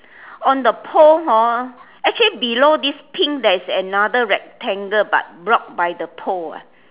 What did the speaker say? on the pole hor actually below this pink there is another rectangle but blocked by the pole